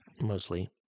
Mostly